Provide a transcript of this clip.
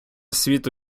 світу